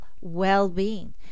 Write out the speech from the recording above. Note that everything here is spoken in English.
well-being